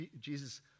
Jesus